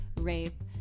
Rape